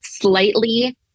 slightly